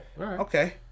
Okay